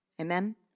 Amen